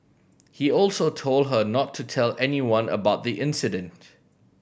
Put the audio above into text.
he also told her not to tell anyone about the incident